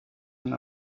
and